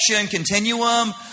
continuum